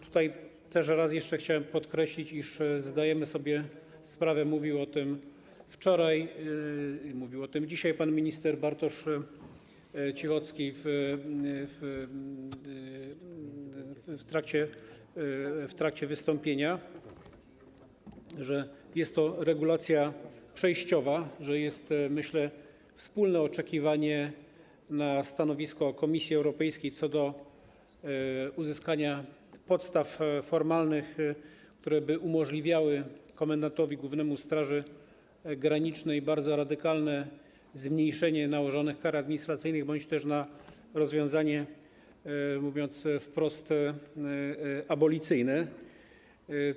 Tutaj też jeszcze raz chciałem podkreślić, iż zdajemy sobie sprawę z tego - mówił o tym wczoraj i dzisiaj pan minister Bartosz Cichocki w trakcie wystąpienia - że jest to regulacja przejściowa, że jest to, myślę, wspólne oczekiwanie na stanowisko Komisji Europejskiej co do uzyskania podstaw formalnych, które umożliwiałyby komendantowi głównemu Straży Granicznej bardzo radykalne zmniejszenie nałożonych kar administracyjnych bądź też na rozwiązanie, mówiąc wprost, abolicyjne.